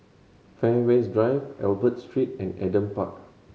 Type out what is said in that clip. Fairways Drive Albert Street and Adam Park